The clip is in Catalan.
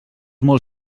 molt